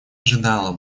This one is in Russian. ожидала